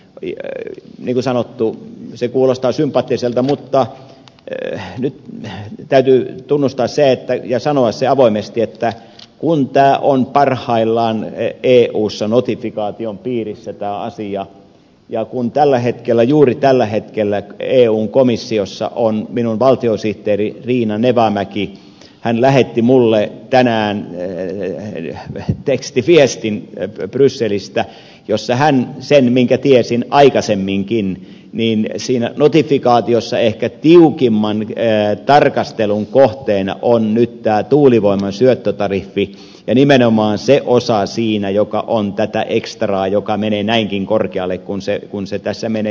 niin kuin sanottu se kuulostaa sympaattiselta mutta nyt täytyy tunnustaa ja sanoa se avoimesti että kun tämä asia on parhaillaan eussa notifikaation piirissä ja kun juuri tällä hetkellä eun komissiossa on minun valtiosihteerini riina nevamäki hän lähetti minulle tänään tekstiviestin brysselistä jossa hän kertoi sen minkä tiesin aikaisemmin niin siinä notifikaatiossa ehkä tiukimman tarkastelun kohteena on nyt tämä tuulivoiman syöttötariffi ja nimenomaan se osa siinä joka on tätä ekstraa joka menee näinkin korkealle kuin se tässä menee